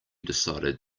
decided